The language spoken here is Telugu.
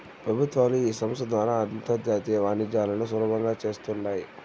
పెబుత్వాలు ఈ సంస్త ద్వారా అంతర్జాతీయ వాణిజ్యాలను సులబంగా చేస్తాండాయి